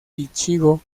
ichigo